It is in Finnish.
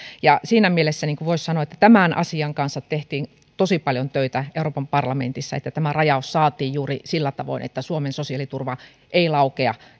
siinä mielessä voisi sanoa että tämän asian kanssa tehtiin tosi paljon töitä euroopan parlamentissa että tämä rajaus saatiin juuri sillä tavoin että suomen sosiaaliturva ei laukea